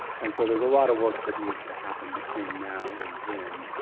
and so there is a lot of work that needs to happen between now and then,